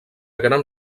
gran